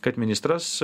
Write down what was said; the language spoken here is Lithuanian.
kad ministras